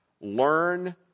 Learn